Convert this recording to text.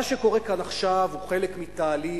מה שקורה כאן עכשיו זה חלק מתהליך